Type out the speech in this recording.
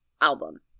album